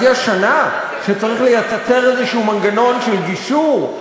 אז יש שנה שלגביה צריך לייצר מנגנון כלשהו של גישור,